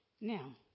Now